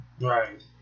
Right